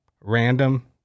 random